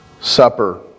Supper